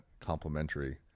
complementary